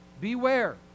Beware